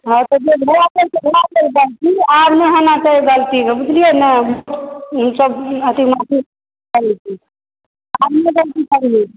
हँ तऽ जे भऽ गेल से भऽ गेल गलती आब नहि होना चाही गलती बुझलिय ने ई सब अथी महसूस करै छी आब नहि गलती करियौ